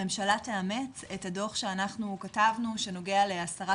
הממשלה תאמץ את הדו"ח שאנחנו כתבנו בנוגע להסרת